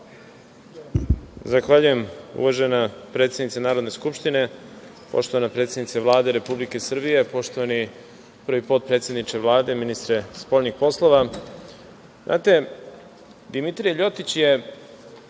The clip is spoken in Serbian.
Zahvaljujem, uvažena predsednice Narodne skupštine. Poštovana predsednice Vlade Republike Srbije, poštovani prvi potpredsedniče Vlade, ministre spoljnih poslova, znate, Dimitrije Ljotić je